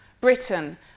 Britain